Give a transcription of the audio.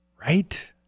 right